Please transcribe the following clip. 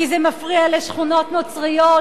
כי זה מפריע לשכונות נוצריות,